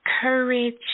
courage